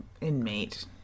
inmate